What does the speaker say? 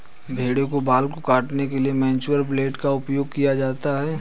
भेड़ों के बाल को काटने के लिए मैनुअल ब्लेड का उपयोग किया जाता है